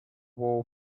wall